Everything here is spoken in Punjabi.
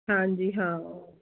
ਹਾਂਜੀ ਹਾਂ